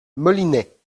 molinet